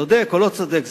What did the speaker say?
צודק או לא צודק,